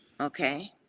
Okay